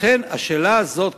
לכן, השאלה הזאת.